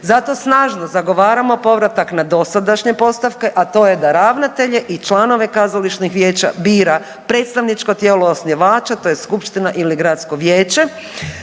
Zato snažno zagovaramo povratak na dosadašnje postavke, a to je da ravnatelje i članove kazališnih vijeća bira predstavničko tijelo osnivača tj. skupština ili gradsko vijeće